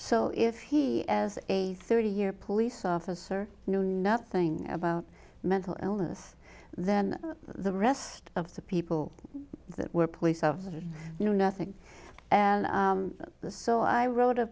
so if he as a thirty year police officer knew nothing about mental illness then the rest of the people that were police officers knew nothing and the so i wrote a